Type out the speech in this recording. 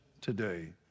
today